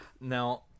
Now